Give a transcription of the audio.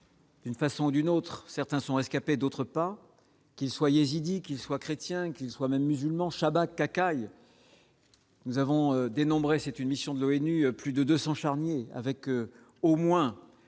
D'une façon ou d'une autre, certains sont rescapés, d'autres pas, qu'il soient yézidis, qu'ils soient chrétiens qu'ils soient musulmans Chabaka nous avons dénombré 7, une mission de l'ONU, plus de 200 charniers avec au moins